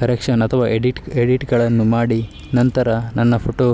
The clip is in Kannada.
ಕರೆಕ್ಷನ್ ಅಥವಾ ಎಡಿಟ್ ಎಡಿಟ್ಗಳನ್ನು ಮಾಡಿ ನಂತರ ನನ್ನ ಫೊಟೊ